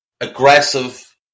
aggressive